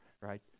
right